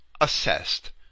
assessed